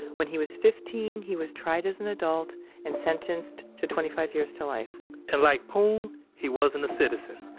when he was fifteen he was tried as an adult and sentenced to twenty five years to life and like phoeun um he wasn't a citizen.